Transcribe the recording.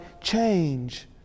change